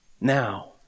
Now